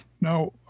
Now